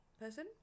person